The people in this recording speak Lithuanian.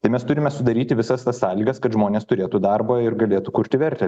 tai mes turime sudaryti visas tas sąlygas kad žmonės turėtų darbą ir galėtų kurti vertę